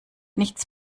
nichts